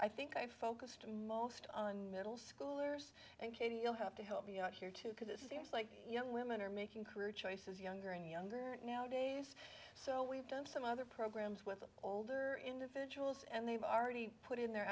i think i focused most on middle schoolers and katie you'll have to help me out here too because this is a young women are making career choices younger and younger nowadays so we've done some other programs with older individuals and they've already put in their